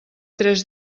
tres